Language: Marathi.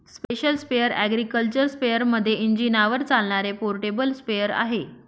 स्पेशल स्प्रेअर अॅग्रिकल्चर स्पेअरमध्ये इंजिनावर चालणारे पोर्टेबल स्प्रेअर आहे